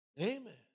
Amen